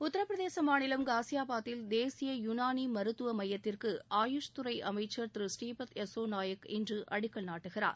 உத்தரப்பிரதேச மாநிலம் காஸியாபாதில் தேசிய யுனானி மருத்துவ மையத்திற்கு ஆயுஷ் துறை அமைச்சர் திரு ஸ்ரீபாத் எஸ்சோ நாயக் இன்று அடிக்கல் நாட்டுகிறார்